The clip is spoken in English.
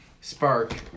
Spark